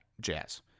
jazz